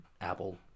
Apple